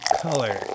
color